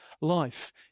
life